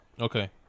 Okay